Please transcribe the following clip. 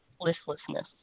Listlessness